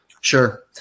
Sure